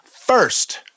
first